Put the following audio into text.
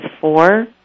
four